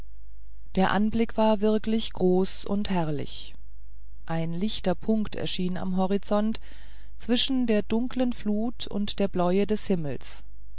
der anblick war wirklich groß und herrlich ein lichter punkt erschien am horizont zwischen der dunklen flut und der bläue des himmels